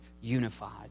unified